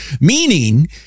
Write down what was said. meaning